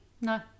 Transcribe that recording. No